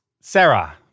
Sarah